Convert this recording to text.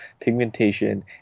pigmentation